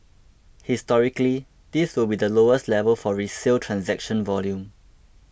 historically this will be lowest level for resale transaction volume